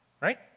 right